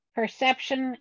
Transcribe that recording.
perception